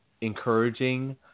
encouraging